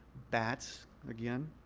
bats again.